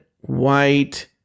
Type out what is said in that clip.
white